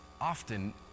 often